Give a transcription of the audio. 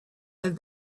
have